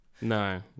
No